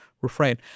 refrain